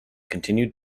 continued